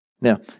Now